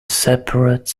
separate